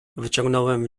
wyciągnąłem